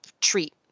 treat